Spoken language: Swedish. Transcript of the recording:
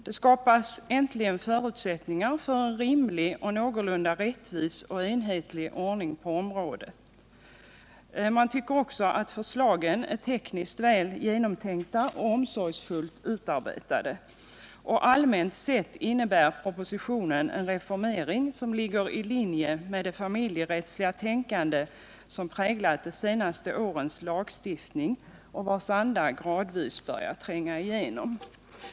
Det skapas nu äntligen förutsättningar för en rimlig, någorlunda rättvis och enhetlig ordning på området.” Man tycker också ati förslagen är tekniskt väl genomtänkta och omsorgsfullt utarbetade och att propositionen allmänt sett innebär en reformering som ligger i linje med det familjerättstänkande som präglat de senaste årens lagstiftning och vars anda gradvis börjar tränga igenom.